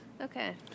Okay